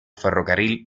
ferrocarril